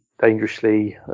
dangerously